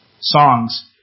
songs